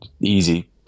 easy